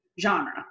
genre